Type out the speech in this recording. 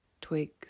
twigs